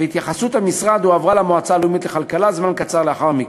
והתייחסות המשרד הועברה למועצה הלאומית לכלכלה זמן קצר לאחר מכן.